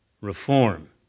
reform